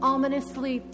Ominously